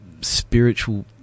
spiritual